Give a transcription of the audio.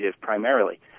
primarily